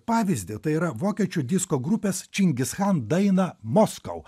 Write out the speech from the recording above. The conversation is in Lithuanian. pavyzdį tai yra vokiečių disko grupės čingischano dainą moskou